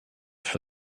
for